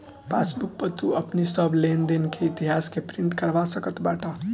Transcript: passbook पअ तू अपनी सब लेनदेन के इतिहास के प्रिंट करवा सकत बाटअ